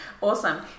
awesome